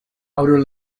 outer